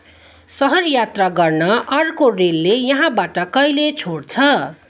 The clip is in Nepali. सहर यात्रा गर्न अर्को रेलले यहाँबाट कहिले छोड्छ